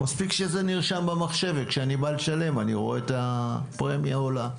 מספיק שזה נרשם במחשב וכשאני בא לשלם אני רואה את הפרמיה עולה.